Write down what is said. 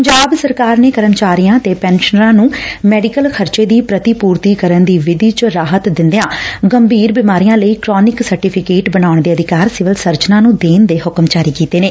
ਪੰਜਾਬ ਸਰਕਾਰ ਨੇ ਕਰਮਚਾਰੀਆਂ ਤੇ ਪੈਨਸ਼ਨਰਾਂ ਨੂੰ ਮੈਡੀਕਲ ਖਰਚੇ ਦੀ ਪ੍ਤੀ ਪੂਰਤੀ ਕਰਨ ਦੀ ਵਿਧੀ ਚ ਰਾਹਤ ਦਿੰਦਿਆ ਗੰਭੀਰ ਬੀਮਾਰੀਆਂ ਲਈ ਕਰੌਨਿਕ ਸਰਟੀਫਿਕੇਟ ਬਣਾਉਣ ਦੇ ਅਧਿਕਾਰ ਸਿਵਲ ਸਰਜਨਾਂ ਨੂੰ ਦੇਣ ਦੇ ਹੁਕਮ ਜਾਰੀ ਕੀਤੇ ਨੇ